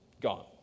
gone